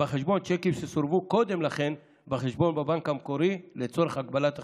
בחשבון צ'קים שסורבו קודם לכן בחשבון בבנק המקורי לצורך הגבלת החשבון.